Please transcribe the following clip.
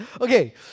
Okay